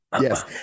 Yes